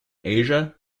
asia